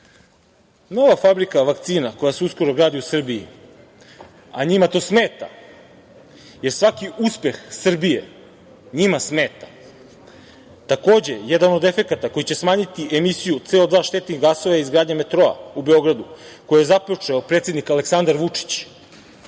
fabrika vakcina koja se uskoro gradi u Srbiji, a njima to smeta, jer svaki uspeh Srbije njima smeta, takođe je jedan od efekata koji će smanjiti emisiju CO2 štetnih gasova, jeste i izgradnja metroa u Beogradu, koju je započeo predsednik Aleksandar Vučić.